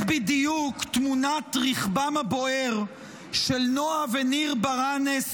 בדיוק תמונת רכבם הבוער של נועה וניר ברנס,